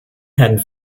had